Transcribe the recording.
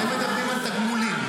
אתם מדברים על תגמולים.